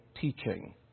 teaching